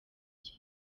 cye